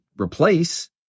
replace